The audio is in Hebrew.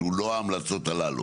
שהוא לא ההמלצות הללו